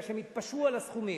כי הם התפשרו על הסכומים,